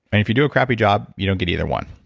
and if you do a crappy job, you don't get either one.